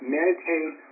meditate